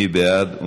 מי בעד?